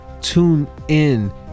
TuneIn